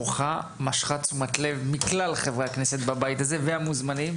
שהתערוכה משכה תשומת לב מכלל חברי הכנסת בבית הזה והמוזמנים,